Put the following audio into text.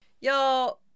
Yo